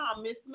Miss